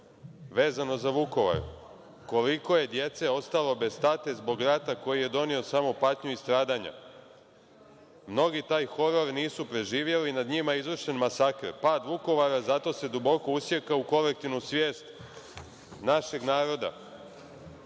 vezano za Vukovar – koliko je djece ostalo bez tate zbog rata koji je donio samo patnju i stradanja? Mnogi taj horor nisu preživjeli, nad njima je izvršen masakr. Pad Vukovara zato se duboko usjekao u kolektivnu svijest našeg naroda.